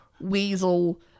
weasel